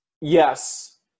yes